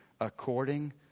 according